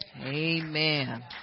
Amen